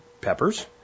peppers